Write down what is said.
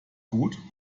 gut